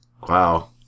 wow